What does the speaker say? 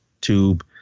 tube